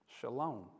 Shalom